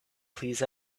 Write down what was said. please